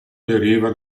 deriva